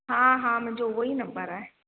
हा हा मुंहिंजो उहो ई नम्बर आहे